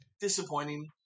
Disappointing